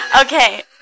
Okay